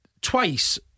twice